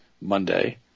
Monday